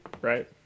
Right